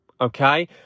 okay